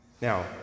now